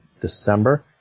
December